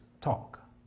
talk